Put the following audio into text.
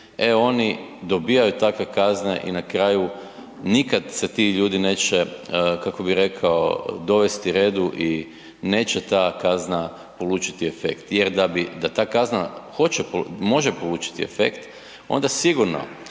e oni dobijaju takve kazne i na kraju nikad se ti ljudi neće, kako bi rekao dovesti redu i neće ta kazna polučiti efekt jer da bi, da ta kazna hoće, može polučiti efekt onda sigurno